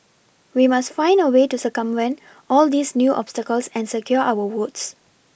we must find a way to circumvent all these new obstacles and secure our votes